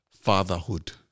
fatherhood